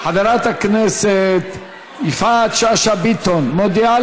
חברת הכנסת יפעת שאשא ביטון מודיעה